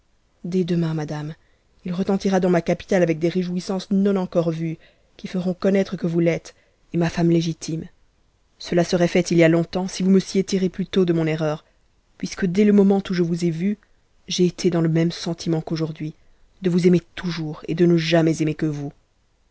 dès demain madame if retentira dans ma capitale avec des réjouissances non encore vues qui feront connaître que vous l'êtes et ma femme légitime cela serait fait il y a longtemps si vous m'eussiez tiré plus tôt de mon erreur puisque des le moment où je vous ai vue j'ai été dans le même sentiment qu'aujourd'hui de vous aimer toujours et de ne jamais aimer que vous